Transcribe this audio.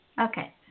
Okay